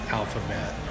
alphabet